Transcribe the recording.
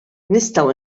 nistgħu